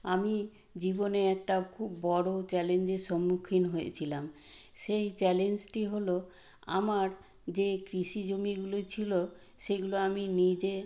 আমি জীবনে একটা খুব বড়ো চ্যালেঞ্জের সম্মুখীন হয়েছিলাম সেই চ্যালেঞ্জটি হলো আমার যে কৃষি জমিগুলো ছিলো সেগুলো আমি নিজে